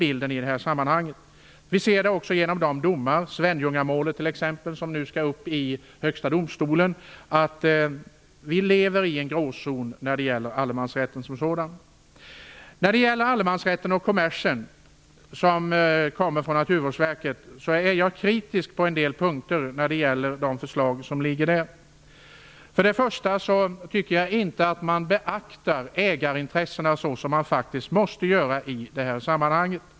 Genom de domar som har avkunnats - t.ex. Svenljungamålet, som nu skall upp i Högsta domstolen - ser vi också att vi lever i en gråzon när det gäller allemansrätten som sådan. Jag är kritisk på en del punkter till de förslag som framförs i Allemansrätten och kommersen, som alltså kommer från Naturvårdsverket. Först och främst tycker jag inte att man beaktar ägarintressena på det sätt som man måste göra i det här sammanhanget.